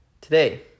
today